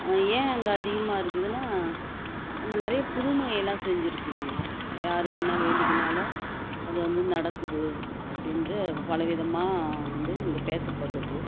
ஏன் அங்கே அதிகமாக இருக்குதுன்னா அங்கே நிறையா புதுமையெல்லாம் செஞ்சுருக்குறாங்க யார் என்ன வேண்டிக்குன்னாலும் அது வந்து நடக்குது அப்படின்டு பல விதமாக வந்து இங்கே பேசப்படுது